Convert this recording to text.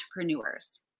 entrepreneurs